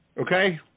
Okay